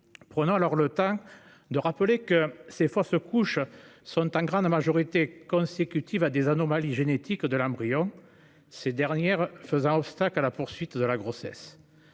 Prenons alors le temps de rappeler que ces fausses couches sont en grande majorité consécutives à des anomalies génétiques de l'embryon, ces dernières faisant obstacle à la poursuite de la grossesse.